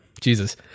Jesus